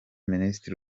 minisitiri